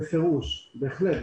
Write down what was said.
בפירוש, בהחלט.